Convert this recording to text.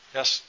Yes